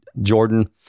Jordan